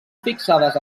fixades